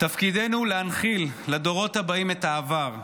תפקידנו להנחיל לדורות הבאים את העבר,